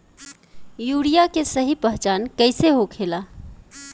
Urea के सही पहचान कईसे होखेला?